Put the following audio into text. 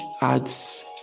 adds